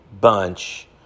bunch